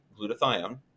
glutathione